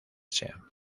sea